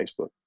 Facebook